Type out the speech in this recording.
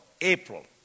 April